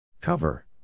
Cover